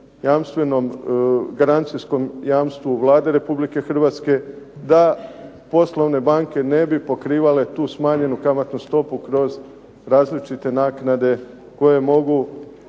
jamstvenom garancijskom jamstvu Vlade Republike Hrvatske da poslovne banke ne bi pokrivale tu smanjenu kamatnu stopu kroz različite naknade koje mogu,